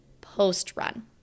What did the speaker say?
post-run